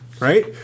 Right